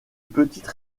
petite